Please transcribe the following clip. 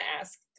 ask